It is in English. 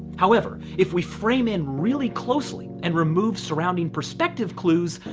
however, if we frame in really closely and remove surrounding perspective clues,